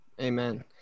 amen